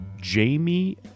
Jamie